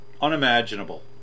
unimaginable